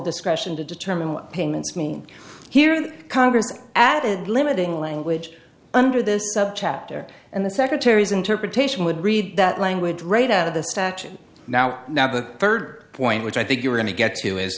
discretion to determine what payments mean here that congress added limiting language under this subchapter and the secretary's interpretation would read that language right out of the statute now now the third point which i think you're going to get to is